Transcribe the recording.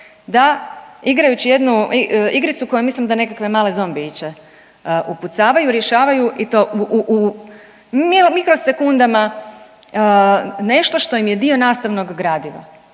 da igrajući jednu igricu koju mislim da nekakve male zombijiće upucavaju i rješavaju i to u mikro sekundama nešto što im je dio nastavnog gradiva.